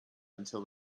until